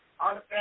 understand